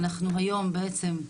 אנחנו היום בעצם,